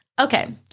Okay